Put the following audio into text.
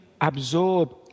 absorb